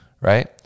right